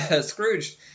Scrooge